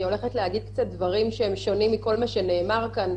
אני הולכת להגיד דברים שהם קצת שונים מכל מה שנאמר כאן,